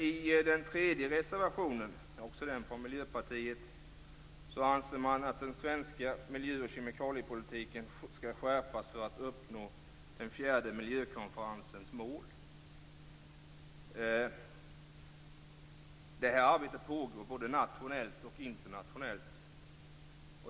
I den tredje reservationen, också den från Miljöpartiet, anser man att den svenska miljö och kemikaliepolitiken skall skärpas för att man skall uppnå den fjärde miljökonferensens mål. Det här arbetet pågår både nationellt och internationellt.